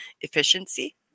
efficiency